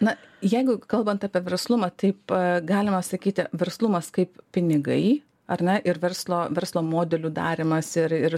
na jeigu kalbant apie verslumą taip galima sakyti verslumas kaip pinigai ar ne ir verslo verslo modelių darymas ir ir